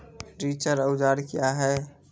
रिचर औजार क्या हैं?